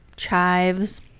Chives